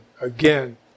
again